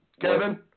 Kevin